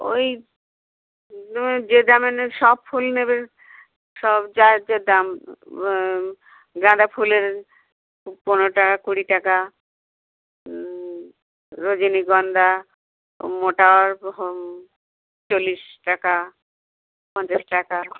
ওই যে দামের নেবে সব ফুল নেবেন সব যা আছে দাম গাঁদা ফুলের পনেরো টাকা কুড়ি টাকা রজনীগন্ধা মোটা হার চল্লিশ টাকা পঞ্চাশ টাকা